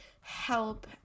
help